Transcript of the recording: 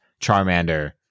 Charmander